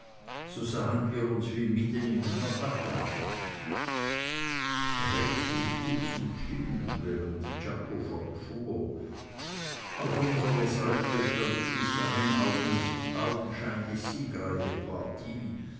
so sahen wir uns wie mitten in einer bataille rex nickte zustimmend während czako fortfuhr auf unserer seite stand die bis dahin augenscheinlich siegreiche partei